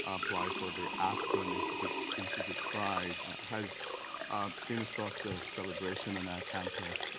apply for the aspen institute institute prize has been a source of celebration on our campus.